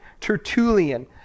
Tertullian